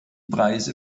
preise